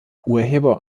urheber